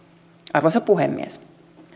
arvoisa puhemies